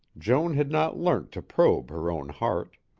joan had not learnt to probe her own heart.